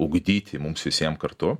ugdyti mums visiem kartu